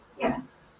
Yes